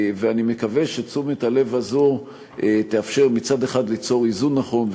ואני מקווה שתשומת הלב הזו תאפשר מצד אחד ליצור איזון נכון,